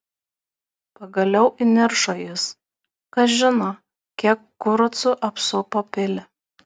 pagaliau įniršo jis kas žino kiek kurucų apsupo pilį